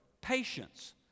patience